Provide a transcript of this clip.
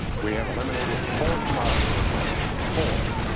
we have eliminated four commodity programs, four.